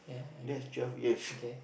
that's twelve years